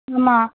ஆமாம்